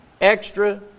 extra